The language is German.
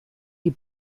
die